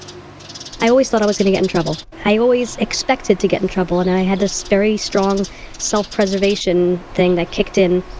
i always thought i was gonna get in trouble. i always expected to get in trouble, and i had this very strong self-preservation thing that kicked in,